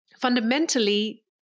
fundamentally